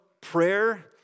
prayer